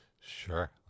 sure